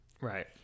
Right